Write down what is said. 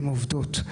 הן עובדות,